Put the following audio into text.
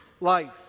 life